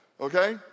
okay